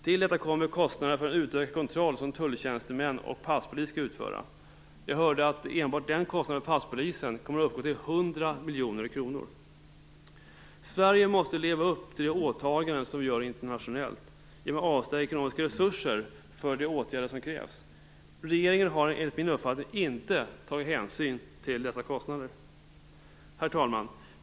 Till detta kommer kostnader för den utökade kontroll som tulltjänstemän och passpolis skall utföra. Jag har hört att enbart kostnaden för passpolisen kommer att uppgå till 100 miljoner kronor. Sverige måste leva upp till de åtaganden som vi gör internationellt genom att avsätta ekonomiska resurser för de åtgärder som krävs. Regeringen har enligt min uppfattning inte tagit hänsyn till dessa kostnader. Herr talman!